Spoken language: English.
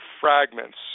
fragments